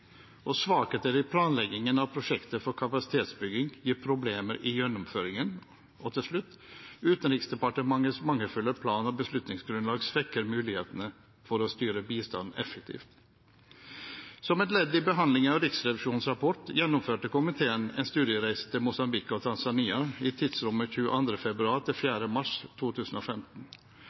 Svakheter i planleggingen av prosjekter for kapasitetsbygging gir problemer i gjennomføringen. Utenriksdepartementets mangelfulle plan- og beslutningsgrunnlag svekker mulighetene for å styre bistanden effektivt. Som et ledd i behandlingen av Riksrevisjonens rapport gjennomførte komiteen en studiereise til Mosambik og Tanzania i tidsrommet